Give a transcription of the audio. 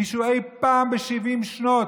מישהו אי פעם, ב-70 שנות,